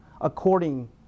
according